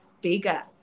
bigger